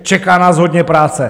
Čeká nás hodně práce.